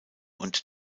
und